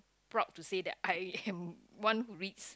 proud to say that I am one who reads